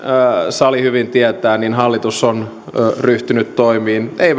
sali hyvin tietää hallitus on ryhtynyt toimiin ei